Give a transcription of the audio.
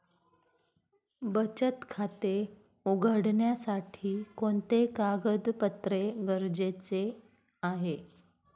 बचत खाते उघडण्यासाठी कोणते कागदपत्रे गरजेचे आहे?